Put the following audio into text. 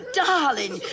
darling